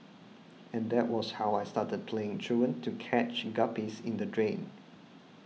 and that was how I started playing truant to catch guppies in the drain